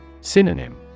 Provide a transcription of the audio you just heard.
Synonym